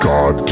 God